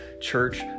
church